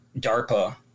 DARPA